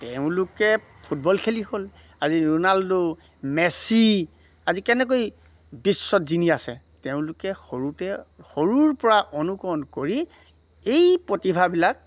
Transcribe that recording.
তেওঁলোকে ফুটবল খেলি হ'ল আজি ৰোণাল্ডো মেচি আজি কেনেকৈ বিশ্বত জিনি আছে তেওঁলোকে সৰুতে সৰুৰ পৰা অনুকৰণ কৰি এই প্ৰতিভাবিলাক